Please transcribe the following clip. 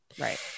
right